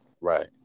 Right